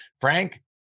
Frank